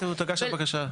מתי תוגש הבקשה?